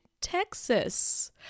Texas